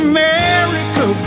America